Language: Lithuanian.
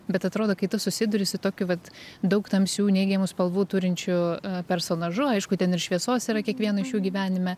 bet atrodo kai tu susiduri su tokiu vat daug tamsių neigiamų spalvų turinčiu personažu aišku ten ir šviesos yra kiekvieno iš jų gyvenime